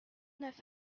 neuf